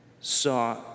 saw